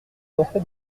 d’entrer